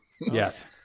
Yes